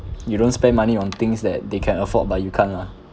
you don't spend money on things that they can afford but you can't lah